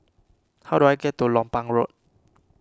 how do I get to Lompang Road